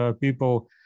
people